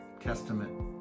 testament